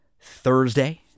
Thursday